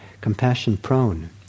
compassion-prone